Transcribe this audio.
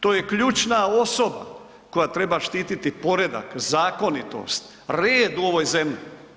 To je ključna osoba koja treba štititi poredak, zakonitost, red u ovoj zemlji.